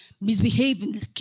misbehaving